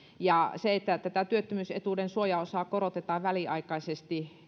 uskon että se että tätä työttömyysetuuden suojaosaa korotetaan väliaikaisesti